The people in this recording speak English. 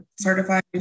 certified